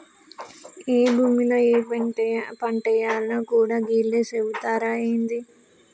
ఏ భూమిల ఏ పంటేయాల్నో గూడా గీళ్లే సెబుతరా ఏంది?